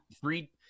three